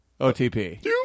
OTP